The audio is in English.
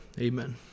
amen